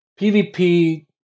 PvP